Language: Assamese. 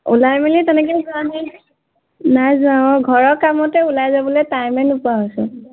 ওলাই মেলি তেনেকৈ যোৱা নাই নাই যোৱা অঁ ঘৰৰ কামতে ওলাই যাবলৈ টাইমে নোপোৱা হৈছোঁ